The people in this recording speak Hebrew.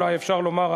אולי אפשר לומר,